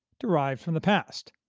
derives from the past.